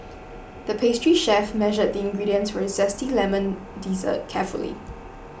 the pastry chef measured the ingredients for a Zesty Lemon Dessert carefully